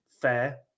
fair